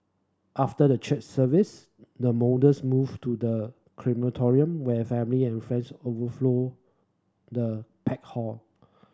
after the church service the moved to the crematorium where family and friends overflowed the packed hall